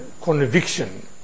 conviction